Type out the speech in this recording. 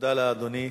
תודה לאדוני.